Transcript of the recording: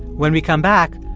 when we come back,